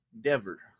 Dever